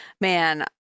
man